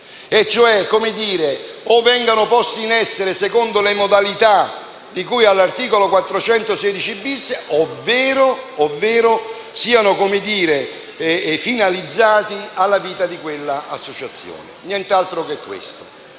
e cioè se vengono posti in essere secondo le modalità di cui all'articolo 416-*bis*, ovvero se sono finalizzati alla vita di quella associazione. Nient'altro che questo.